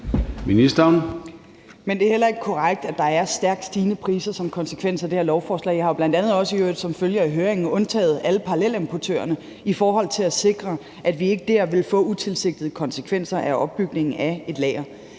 Løhde): Det heller ikke korrekt, at der som en konsekvens af det her lovforslag vil blive stærkt stigende priser. Jeg har i øvrigt også som følge af høringen undtaget alle parallelimportørerne i forhold til at sikre, at vi ikke der vil få utilsigtede konsekvenser af opbygningen af et lager.